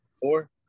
four